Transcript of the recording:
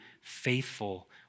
faithful